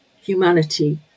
Humanity